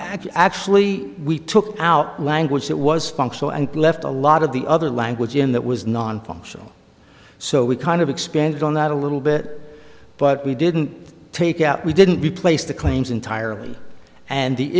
actually we took out language that was functional and left a lot of the other language in that was nonfunctional so we kind of expanded on that a little bit but we didn't take out we didn't replace the claims entirely and the